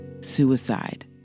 suicide